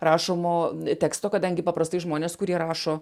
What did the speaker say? rašomo teksto kadangi paprastai žmonės kurie rašo